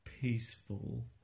peaceful